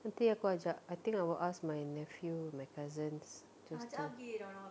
nanti aku ajak I think I will ask my nephew my cousins these two